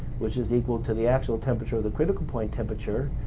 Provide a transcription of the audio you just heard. which was equal to the actual temperature or the critical point temperature,